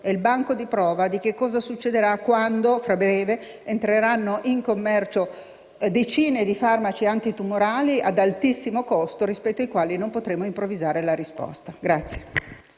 è il banco di prova di cosa succederà quando, fra breve, entreranno in commercio decine di farmaci antitumorali ad altissimo costo, rispetto ai quali non potremo improvvisare la risposta.